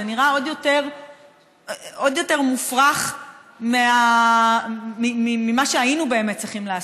זה נראה עוד יותר מופרך ממה שהיינו באמת צריכים לעשות.